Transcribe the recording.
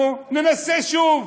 אנחנו ננסה שוב.